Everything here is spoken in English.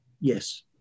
Yes